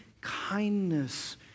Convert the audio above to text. kindness